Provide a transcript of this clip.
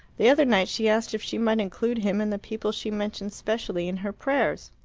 the other night she asked if she might include him in the people she mentions specially in her prayers.